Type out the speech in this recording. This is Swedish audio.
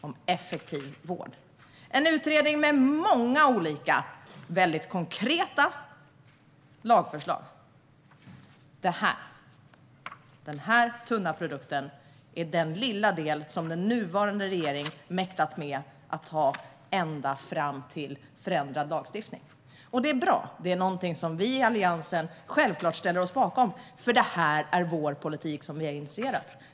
Det är en utredning med många olika och mycket konkreta lagförslag, och detta tunna betänkande är den lilla del som den nuvarande regeringen har mäktat med att ta ända fram till förändrad lagstiftning. Det är bra, och det är någonting vi i Alliansen självklart ställer oss bakom. Det är nämligen vår politik, som vi har initierat.